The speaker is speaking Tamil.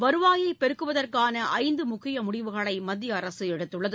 வருவாயைப் பெருக்குவதற்கான ஐந்து முக்கிய முடிவுகளை மத்திய அரசு எடுத்துள்ளது